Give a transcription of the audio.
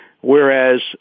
whereas